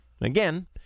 Again